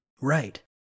right